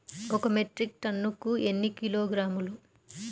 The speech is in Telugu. ఒక మెట్రిక్ టన్నుకు ఎన్ని కిలోగ్రాములు?